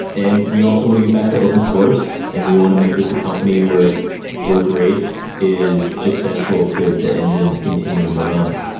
and we also want to get back to open source and we want to make this a company where where grace is just central to the engine continuing to run.